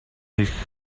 эрх